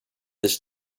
this